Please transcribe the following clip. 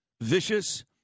vicious